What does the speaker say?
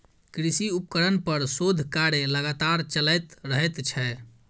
कृषि उपकरण पर शोध कार्य लगातार चलैत रहैत छै